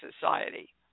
society